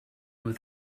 with